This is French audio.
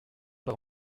par